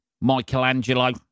Michelangelo